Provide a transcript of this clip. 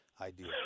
idea